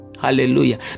Hallelujah